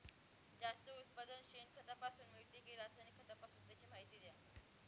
जास्त उत्पादन शेणखतापासून मिळते कि रासायनिक खतापासून? त्याची माहिती द्या